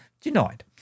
denied